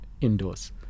indoors